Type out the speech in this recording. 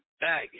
back